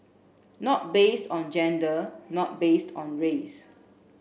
not based on gender not based on race